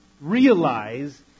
realize